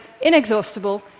inexhaustible